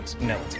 no